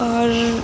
اور